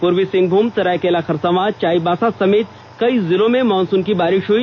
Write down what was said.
पूर्वी सिंहभूम सरायकेला खरसावां चाईबासा समेत कई जिलो में मॉनसून की बारिष हुई